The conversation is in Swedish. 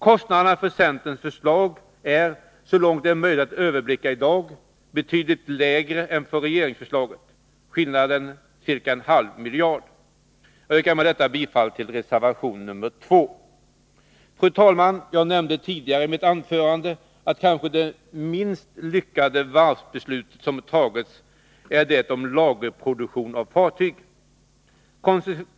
Kostnaderna för ett genomförande av centerns förslag är — så långt det är möjligt att överblicka i dag — betydligt lägre än för regeringsförslaget. Skillnaden är en halv miljard. Jag yrkar med detta bifall till reservation 2. Fru talman! Jag nämnde tidigare i mitt anförande att det kanske minst lyckade varvsbeslut som fattats är det om lagproduktion av fartyg.